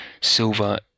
silver